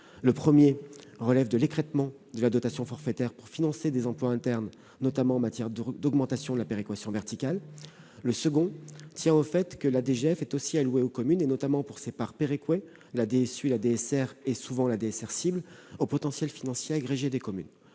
le premier relève de l'écrêtement de la dotation forfaitaire pour financer des emplois internes, notamment en matière d'augmentation de la péréquation verticale ; le second tient au fait que la DGF est aussi allouée aux communes, notamment pour ses parts péréquées- la DSU, la DSR et, souvent, la DSR « cible »-, selon leur potentiel financier agrégé. Le potentiel